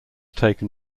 taken